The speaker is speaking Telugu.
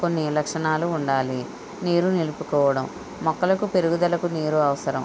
కొన్ని లక్షణాలు ఉండాలి నీరు నిలుపుకోవడం మొక్కలకు పెరుగుదలకు నీరు అవసరం